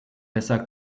besser